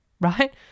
right